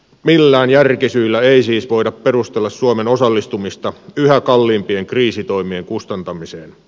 millään järkisyillä ei siis voida perustella suomen osallistumista yhä kalliimpien kriisitoimien kustantamiseen